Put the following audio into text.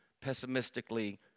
pessimistically